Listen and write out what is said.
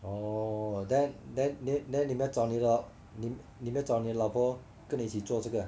orh then then then then 你没有找你的你你没有找你的老婆跟你一起做这个